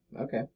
Okay